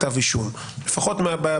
לכתב אישום; לפחות בפיזור.